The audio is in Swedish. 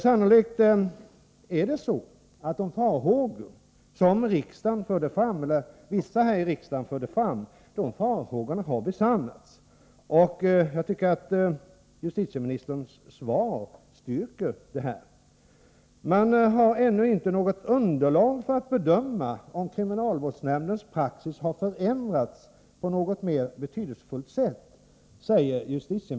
Sannolikt har de farhågor besannats som vissa här i riksdagen uttalade. Justitieministerns svar styrker den uppfattningen. I svaret säger justitieministern: ”Man har ännu inte något underlag för att bedöma om kriminalvårdsnämndens praxis har förändrats på något mer betydelsefullt sätt.” Uttalandet förvånar.